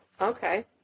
Okay